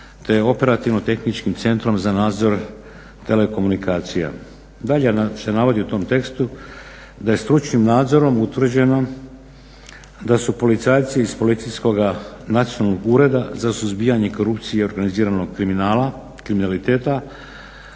te operativno-tehničkim centrom za nadzor telekomunikacija. Dalje se navodi u tom tekstu da je stručnim nadzorom utvrđeno da su policajci iz policijskoga nacionalnog ureda za suzbijanje korupcije i organiziranog kriminala,